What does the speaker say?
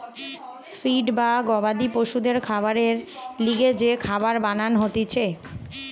feed বা গবাদি পশুদের খাবারের লিগে যে খাবার বানান হতিছে